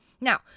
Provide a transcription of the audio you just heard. Now